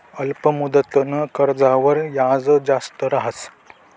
अल्प मुदतनं कर्जवर याज जास्ती रहास